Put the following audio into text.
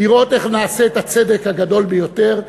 לראות איך נעשה את הצדק הגדול ביותר,